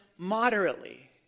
Moderately